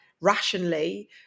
rationally